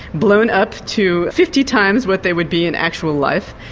blown up to fifty times what they would be in actual life.